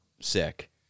sick